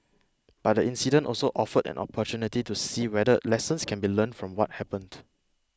but the incident also offered an opportunity to see whether lessons can be learned from what happened